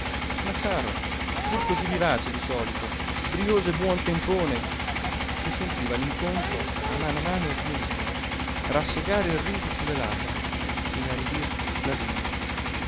saro pur cosí vivace di solito brioso e buontempone si sentiva all'incontro a mano a mano smorire rassegare il riso su le labbra inaridir la lingua